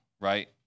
right